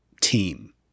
team